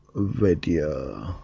video.